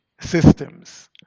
systems